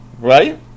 right